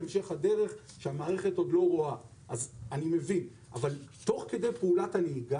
אני מבין, אבל תוך כדי פעולת הנהיגה,